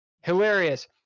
Hilarious